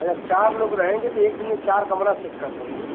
अच्छा चार लोग रहेंगे तो एक दिन में चार कमरा सेट कर देंगे